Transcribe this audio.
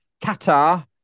Qatar